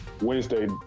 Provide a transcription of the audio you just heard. Wednesday